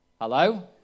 Hello